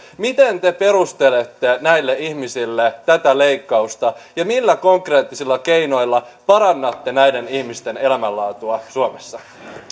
miten te perustelette näille ihmisille tätä leikkausta ja millä konkreettisilla keinoilla parannatte näiden ihmisten elämänlaatua suomessa